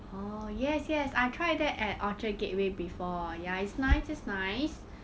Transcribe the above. orh yes yes I try that at orchard gateway before ya it's nice it's nice